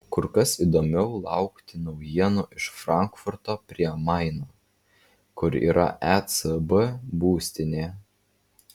kur kas įdomiau laukti naujienų iš frankfurto prie maino kur yra ecb būstinė